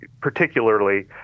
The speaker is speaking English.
Particularly